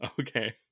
Okay